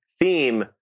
theme